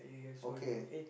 okay